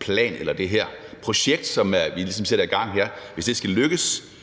plan eller det her projekt, som vi ligesom sætter i gang her, skal lykkes,